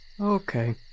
Okay